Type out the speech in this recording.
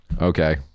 okay